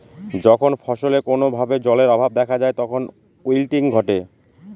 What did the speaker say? যখন ফসলে কোনো ভাবে জলের অভাব দেখা যায় তখন উইল্টিং ঘটে